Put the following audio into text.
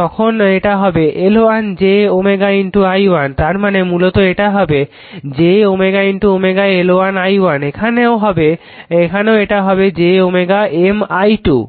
তখন এটা হবে L1 j i1 তারমানে মূলত এটা হবে j L1 i1 এখানেও এটা হবে j M i 2